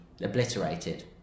obliterated